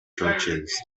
churches